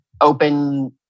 open